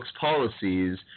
policies